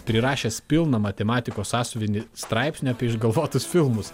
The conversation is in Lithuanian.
prirašęs pilną matematikos sąsiuvinį straipsnių apie išgalvotus filmus